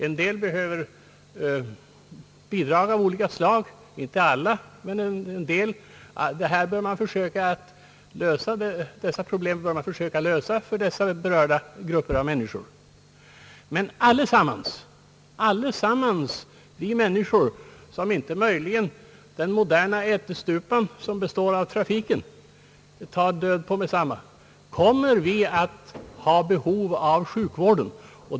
En del behöver bidrag av olika slag — inte alla men en del. Detta är problem som man bör försöka lösa för berörda grupper. Men allesammans vi människor, som inte möjligen den moderna ättestupan trafiken tar död på med detsamma, kommer att ha behov av sjukvård.